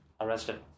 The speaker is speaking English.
arrested